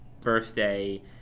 birthday